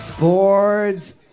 Boards